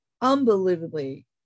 unbelievably